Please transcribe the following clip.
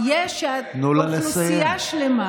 אפשר לפתור.